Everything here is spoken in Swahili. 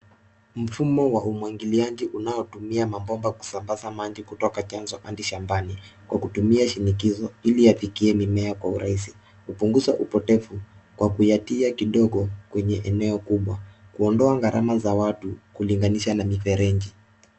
Mfumo wa umwagiliaji unaotumia mabomba kusambaza maji kutoka chanzo adi shambani kwa kutumia shinikizo ili yafikie mimea kwa urahisi. Hupunguza upotevu kwa kuyatia kidogo kwenye eneo kubwa kuondoa garama za watu kulinganisha na mifereji.